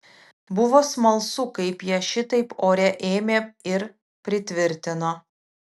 buvo smalsu kaip ją šitaip ore ėmė ir pritvirtino